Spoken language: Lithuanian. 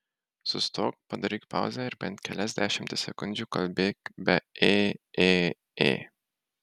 sustok padaryk pauzę ir bent kelias dešimtis sekundžių kalbėk be ė ė ė